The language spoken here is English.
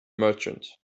merchant